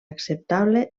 acceptable